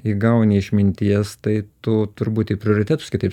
įgauni išminties tai tu turbūt i prioritetus kitaip